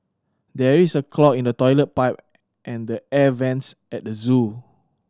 there is a clog in the toilet pipe and the air vents at the zoo